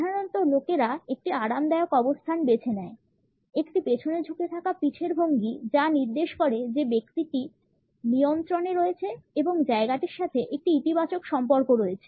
সাধারণত লোকেরা একটি আরামদায়ক অবস্থান বেছে নেয় একটি পেছনে ঝুঁকে থাকা পিঠের ভঙ্গি যা নির্দেশ করে যে ব্যক্তি নিয়ন্ত্রণে রয়েছে এবং জায়গাটির সাথে একটি ইতিবাচক সম্পর্ক রয়েছে